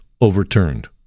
overturned